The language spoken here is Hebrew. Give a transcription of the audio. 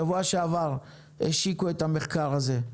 בשבוע שעבר השיקו את המחקר הזה.